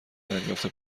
دریافت